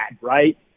right